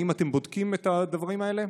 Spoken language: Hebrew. האם אתם בודקים את הדברים האלה?